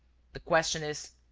the question is,